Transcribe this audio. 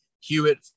Hewitt